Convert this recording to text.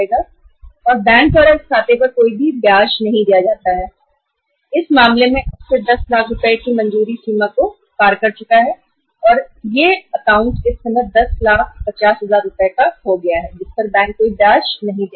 और इस खाते पर फर्म को बैंक की तरफ से कोई ब्याज नहीं मिलता है और इस मामले में भी अब यह खाता 10 लाख रुपए की मंजूरी सीमा को पार कर चुका है और इसका बैलेंस 1050000 रुपए हो चुका है तो बैंक इस अतिरिक्त 50000 रुपए पर कोई ब्याज नहीं देगा